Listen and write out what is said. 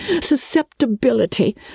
susceptibility